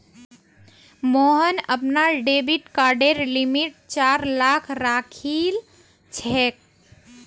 मोहन अपनार डेबिट कार्डेर लिमिट चार लाख राखिलछेक